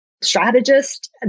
strategist